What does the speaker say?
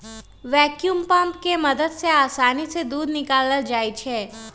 vacuum pump के मदद से आसानी से दूध निकाकलल जाइ छै